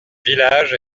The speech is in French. village